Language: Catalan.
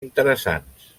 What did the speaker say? interessants